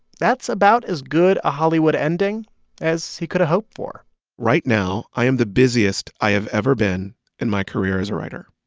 that's about as good a hollywood ending as he could have hoped for right now i am the busiest i have ever been in my career as a writer.